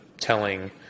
telling